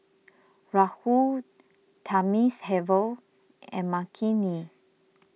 Rahul Thamizhavel and Makineni